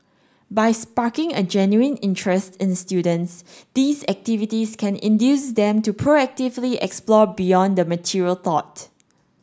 by sparking a genuine interest in students these activities can induce them to proactively explore beyond the material taught